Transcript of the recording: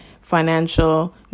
financial